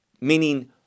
meaning